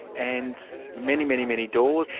and many, many many doors.